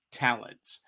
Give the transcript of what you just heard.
talents